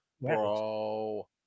Bro